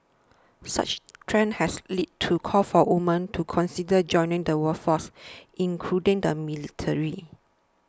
such trends have led to calls for women to consider joining the workforce including the military